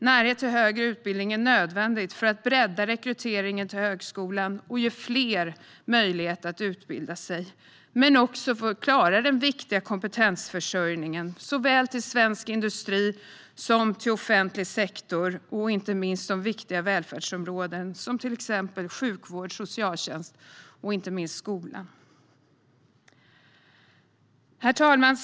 Närhet till högre utbildning är nödvändigt för att bredda rekryteringen till högskolan och ge fler möjlighet att utbilda sig men också för att klara den viktiga kompetensförsörjningen såväl till svensk industri som till offentlig sektor, inte minst viktiga välfärdsområden som sjukvård, socialtjänst och skola. Herr talman!